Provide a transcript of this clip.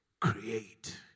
create